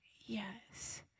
yes